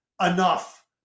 enough